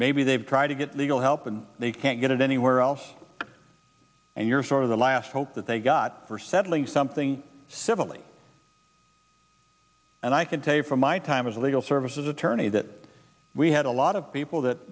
maybe they've tried to get legal help and they can't get it anywhere else and you're sort of the last hope that they got for settling something civilly and i can tell you from my time as a legal services attorney that we had a lot of people that